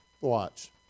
Watch